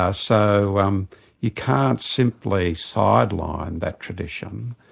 ah so um you can't simply sideline that tradition.